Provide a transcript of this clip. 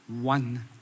one